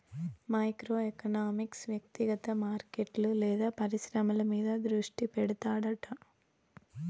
micro economics వ్యక్తిగత మార్కెట్లు లేదా పరిశ్రమల మీద దృష్టి పెడతాడట